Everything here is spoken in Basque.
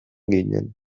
ginen